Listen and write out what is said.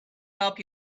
help